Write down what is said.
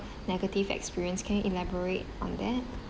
negative experience can you elaborate on that